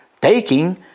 taking